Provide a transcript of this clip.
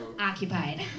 occupied